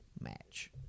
match